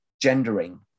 gendering